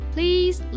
Please